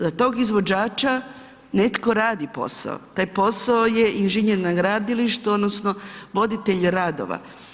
Za tog izvođača netko radi posao, taj posao je inženjer na gradilištu odnosno voditelj radova.